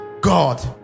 God